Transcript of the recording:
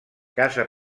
casa